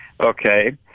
Okay